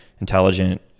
intelligent